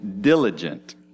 diligent